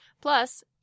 Plus